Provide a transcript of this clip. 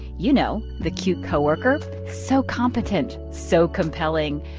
you know, the cute co-worker so competent, so compelling.